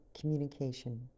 communication